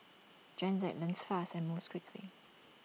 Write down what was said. Gen Z learns fast and moves quickly